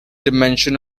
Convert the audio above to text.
dimension